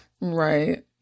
Right